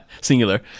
singular